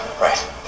Right